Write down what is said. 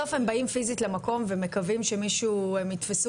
בסוף הם באים פיזית למקום והם מקווים שהם יתפסו